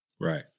right